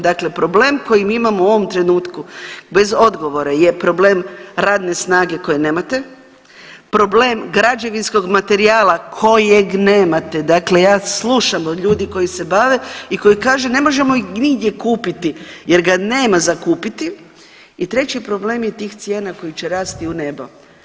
Dakle, problem koji mi imamo u ovom trenutku bez odgovora je problem radne snage koje nemate, problem građevinskog materijala kojeg nemate, dakle ja slušam od ljudi koji se bave i koji kažu ne možemo ih nigdje kupiti jer ga nema za kupiti i treći problem je tih cijena koji će rasti u nebo.